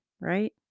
right